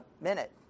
minute